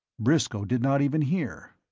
briscoe did not even hear.